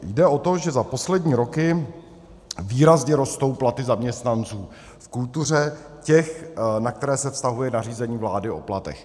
Jde o to, že za poslední roky výrazně rostou platy zaměstnanců v kultuře, těch, na které se vztahuje nařízení vlády o platech.